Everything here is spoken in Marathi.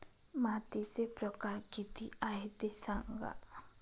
मातीचे प्रकार किती आहे ते सांगा